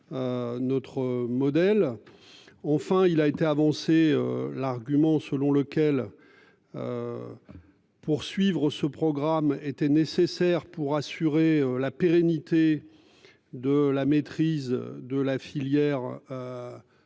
Notre modèle. Enfin il a été avancé l'argument selon lequel. Poursuivre ce programme était nécessaire pour assurer la pérennité. De la maîtrise de la filière. Nucléaire